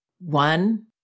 One